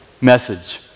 message